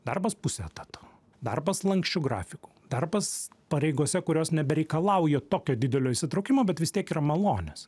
darbas puse etato darbas lanksčiu grafiku darbas pareigose kurios nebereikalauja tokio didelio įsitraukimo bet vis tiek yra malonios